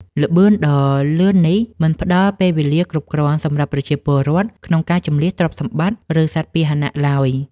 ល្បឿនដ៏លឿននេះមិនផ្ដល់ពេលវេលាគ្រប់គ្រាន់សម្រាប់ប្រជាពលរដ្ឋក្នុងការជម្លៀសទ្រព្យសម្បត្តិ ឬសត្វពាហនៈឡើយ។